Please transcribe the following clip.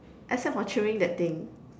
except for chewing that thing